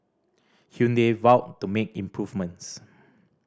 Hyundai vowed to make improvements